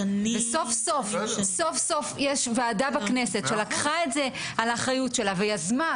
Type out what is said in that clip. סוף סוף יש ועדה בכנסת שלקחה את זה על האחריות שלה ויזמה.